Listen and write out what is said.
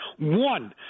One